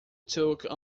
took